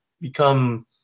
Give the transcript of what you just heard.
become